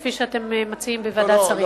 כפי שאתם מציעים בוועדת השרים.